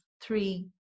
three